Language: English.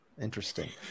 Interesting